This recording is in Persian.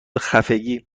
خفگی